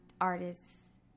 artists